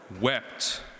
wept